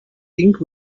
think